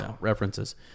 references